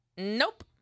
Nope